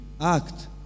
act